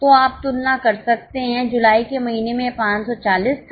तो आप तुलना कर सकते हैं जुलाई के महीने में यह 540 था